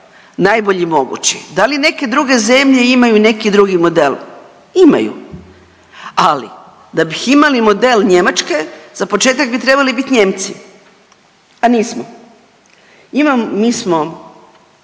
najbolji mogući, da li neke druge zemlje imaju i neki drugi model, imaju, ali da bi imali model Njemačke za početak bi trebali bit Nijemci, a nismo. Mi smo